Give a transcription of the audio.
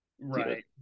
Right